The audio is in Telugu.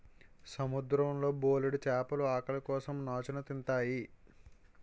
సముద్రం లో బోలెడు చేపలు ఆకలి కోసం నాచుని తింతాయి